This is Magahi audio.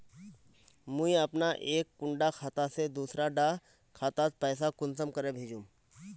मुई अपना एक कुंडा खाता से दूसरा डा खातात पैसा कुंसम करे भेजुम?